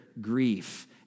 grief